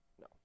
No